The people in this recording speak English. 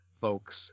folks